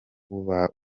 ubwawe